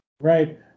right